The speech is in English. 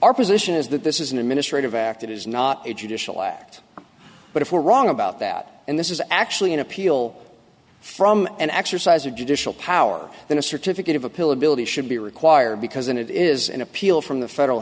our position is that this is an administrative act it is not a judicial act but if we're wrong about that and this is actually an appeal from an exercise of judicial power than a certificate of a pill ability should be required because it is an appeal from the federal